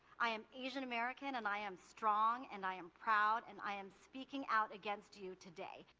i am asian american and i am strong, and i am proud, and i am speaking out against you today.